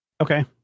Okay